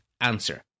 answer